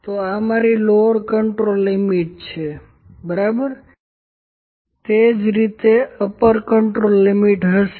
તો આ મારી લોવર કન્ટ્રોલ લિમિટ છે બરાબર તેવી જ રીતે અપર કન્ટ્રોલ લિમિટ હશે